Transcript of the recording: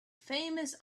famous